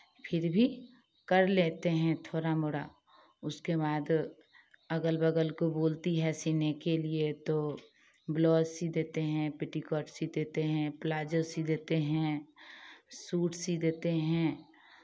फिर भी कर लेते हैं थोड़ा मोड़ा उसके बाद अगल बगल को बोलती है सिलने के लिए तो ब्लाउज़ सिल देते हैं पेटीकोट सिल देते हैं प्लाज़ो सिल देते हैं सूट सिल देते हैं